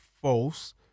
false